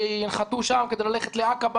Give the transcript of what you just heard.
שינחתו שם כדי ללכת לעקבה